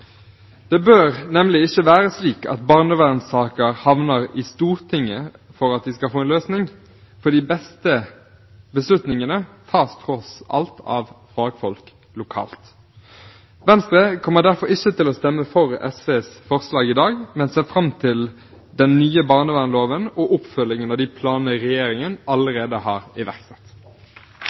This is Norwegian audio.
Det bør nemlig ikke være slik at barnevernssaker havner i Stortinget for at de skal få en løsning, for de beste beslutningene tas tross alt av fagfolk lokalt. Venstre kommer derfor ikke til å stemme for SVs forslag i dag, men ser fram til den nye barnevernsloven og oppfølgingen av de planene regjeringen allerede har iverksatt.